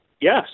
Yes